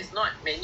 ya